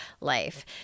life